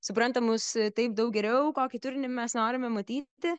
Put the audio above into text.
supranta mus taip daug geriau kokį turinį mes norime matyti